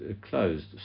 closed